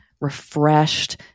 refreshed